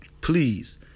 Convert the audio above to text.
Please